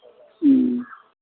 ह्म्म